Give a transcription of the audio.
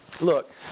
Look